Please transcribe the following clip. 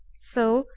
so,